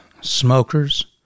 smokers